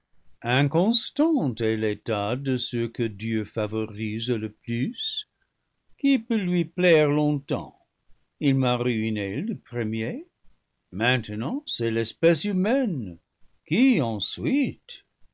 inconstant est l'état de ceux que dieu favorise le plus qui peut lui plaire longtemps il m'a ruiné le premier maintenant c'est l'espèce humaine qui ensuite